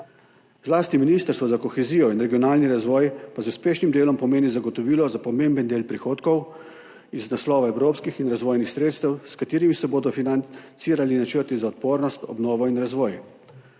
Zlasti Ministrstvo za kohezijo in regionalni razvoj pa z uspešnim delom pomeni zagotovilo za pomemben del prihodkov iz naslova evropskih in razvojnih sredstev, s katerimi se bodo financirali načrti za odpornost, obnovo in razvoj.